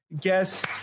guest